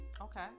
Okay